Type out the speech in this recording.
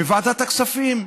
מוועדת הכספים,